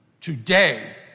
today